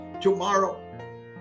tomorrow